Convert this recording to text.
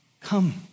Come